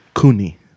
Kuni